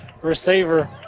receiver